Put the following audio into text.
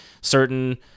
certain